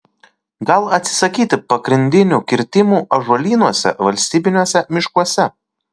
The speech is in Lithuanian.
gal atsisakyti pagrindinių kirtimų ąžuolynuose valstybiniuose miškuose